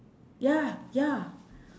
ya ya